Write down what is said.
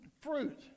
fruit